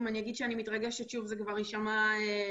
אם אני אומר שאני מתרגשת, זה כבר יישמע נדוש.